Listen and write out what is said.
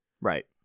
Right